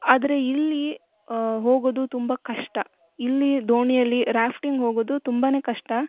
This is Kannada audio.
ಆದ್ರೆ ಇಲ್ಲಿ ಹೋಗೊದು ತುಂಬ ಕಷ್ಟ ಇಲ್ಲಿ ದೋಣಿಯಲ್ಲಿ ರಾಫ್ಟಿಂಗ್ ಹೋಗೊದು ತುಂಬನೆ ಕಷ್ಟ